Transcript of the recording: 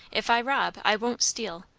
if i rob, i won't steal.